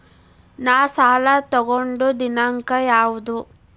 ನಾ ಸಾಲ ತಗೊಂಡು ದಿನಾಂಕ ಯಾವುದು?